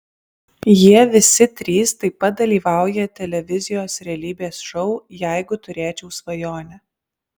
jie visi trys taip pat dalyvauja televizijos realybės šou jeigu turėčiau svajonę